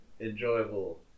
enjoyable